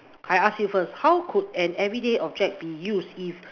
I ask you first how could an everyday object be used if